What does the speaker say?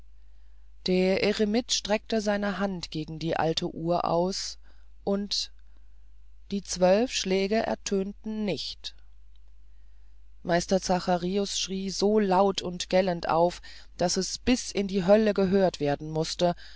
der eremit streckte seine hand gegen die alte uhr aus und die zwölf schläge ertönten nicht meister zacharius schrie so laut und gellend auf daß es bis in die hölle gehört werden mußte